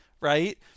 right